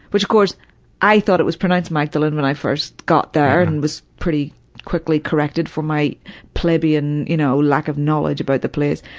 which i thought it was pronounced mag-da-lene when i first got there and was pretty quickly corrected for my plebian, you know, lack of knowledge about the place.